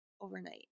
overnight